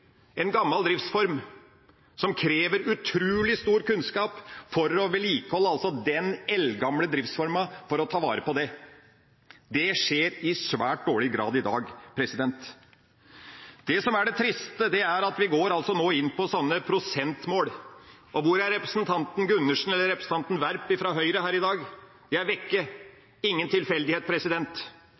en gammel driftsform. Det kreves utrolig stor kunnskap for å vedlikeholde denne eldgamle driftsformen, for å ta vare på det. Det skjer i svært liten grad i dag. Det som er det triste, er at vi nå går inn for prosentmål. Hvor er representanten Gundersen eller representanten Werp fra Høyre i dag? De er vekk, og det er ingen tilfeldighet.